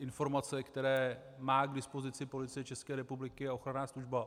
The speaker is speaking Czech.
Informace, které má k dispozici Policie České republiky a ochranná služba.